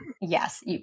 yes